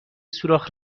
سوراخ